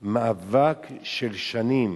מאבק של שנים,